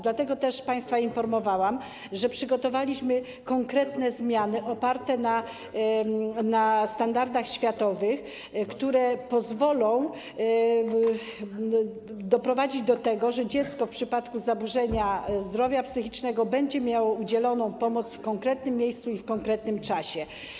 Dlatego też informowałam państwa, że przygotowaliśmy konkretne zmiany oparte na standardach światowych, które pozwolą doprowadzić do tego, że dziecko w przypadku zaburzenia zdrowia psychicznego będzie miało udzieloną pomoc w konkretnym miejscu i w konkretnym czasie.